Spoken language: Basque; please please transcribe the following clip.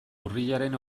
urriaren